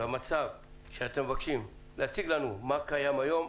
והמצב שאתם מבקשים להציג לנו מה קיים היום,